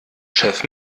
chef